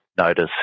Notice